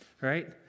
Right